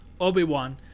Obi-Wan